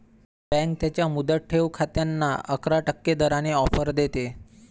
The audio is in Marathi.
बँक त्यांच्या मुदत ठेव खात्यांना अकरा टक्के दराने ऑफर देते